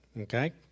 Okay